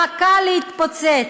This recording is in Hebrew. מחכה להתפוצץ.